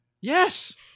Yes